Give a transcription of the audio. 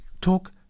talk